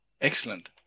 Excellent